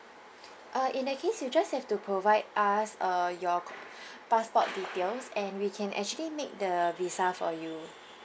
uh in that case you just have to provide us uh your con~ passport details and we can actually make the visa for you